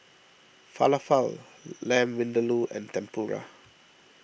Falafel Lamb Vindaloo and Tempura